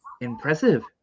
Impressive